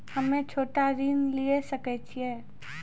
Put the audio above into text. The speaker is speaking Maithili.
हम्मे छोटा ऋण लिये सकय छियै?